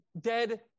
dead